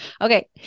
Okay